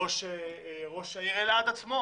ראש העיר אלעד עצמו